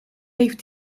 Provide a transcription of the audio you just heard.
heeft